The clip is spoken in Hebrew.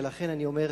ולכן אני אומר,